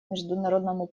международному